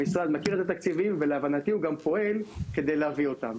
המשרד מכיר את התקציבים ולהבנתי הוא גם פועל כדי להביא אותם.